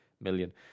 million